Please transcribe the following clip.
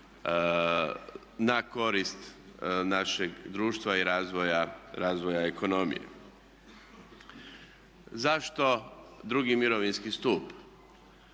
na korist našeg društva i razvoja ekonomije. Zašto II. mirovinski stup?